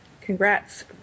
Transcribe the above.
congrats